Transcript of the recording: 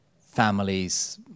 families